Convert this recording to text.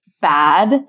bad